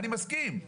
אני מסכים,